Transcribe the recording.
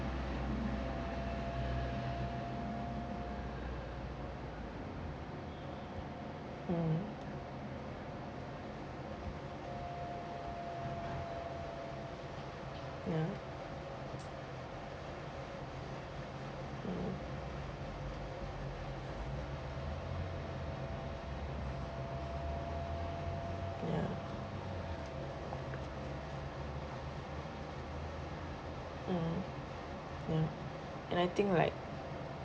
mm ya mm yeah mm ya and I think like